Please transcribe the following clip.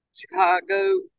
Chicago